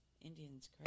Indians